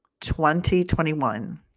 2021